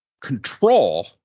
control